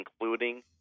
including